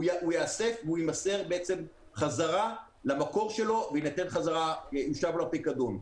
והוא יימסר חזרה למקום שלו ויושב לפיקדון.